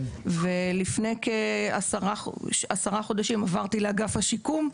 לפני כ-10 חודשים עברתי לאגף השיקום,